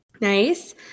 Nice